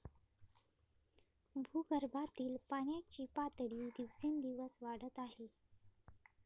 भूगर्भातील पाण्याची पातळी दिवसेंदिवस वाढत आहे